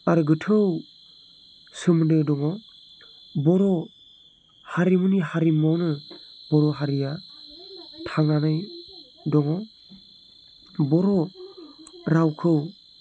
आरो गोथौ सोमोन्दो दङ बर' हारिमुनि हारिमुआवनो बर' हारिआ थांनानै दङ बर' रावखौ